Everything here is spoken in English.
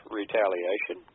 retaliation